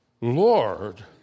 Lord